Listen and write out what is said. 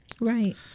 right